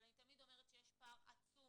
אבל אני תמיד אומרת שיש פער עצום